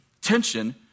tension